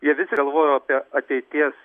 jie vis galvojo apie ateities